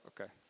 Okay